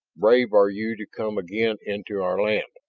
brave are you to come again into our land.